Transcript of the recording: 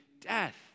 death